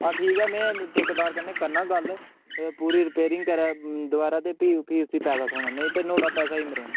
हां ठीक ऐ में ठेकेदार कन्नै करना गल्ल पूरी रिपेरिंग करै दबारै ते भी भी उस्सी पैसा थ्होना नेईं ते नुआढ़ा पैसा ई मरोना